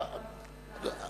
למה?